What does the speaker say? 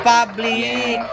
Public